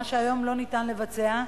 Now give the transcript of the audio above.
מה שהיום לא ניתן לבצע.